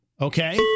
Okay